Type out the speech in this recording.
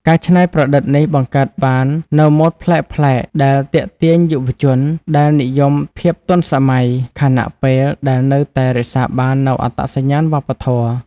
ការច្នៃប្រឌិតនេះបង្កើតបាននូវម៉ូដប្លែកៗ ដែល ទាក់ទាញយុវវ័យ ដែលនិយមភាពទាន់សម័យ ខណៈពេលដែលនៅតែរក្សាបាននូវអត្តសញ្ញាណវប្បធម៌។